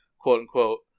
quote-unquote